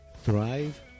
Thrive